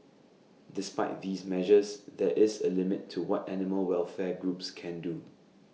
despite these measures there is A limit to what animal welfare groups can do